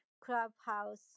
Clubhouse